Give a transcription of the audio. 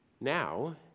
Now